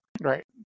right